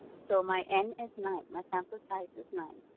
so my n is nine. my sample size is nine.